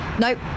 Nope